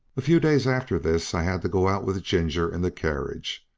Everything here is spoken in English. a few days after this i had to go out with ginger in the carriage.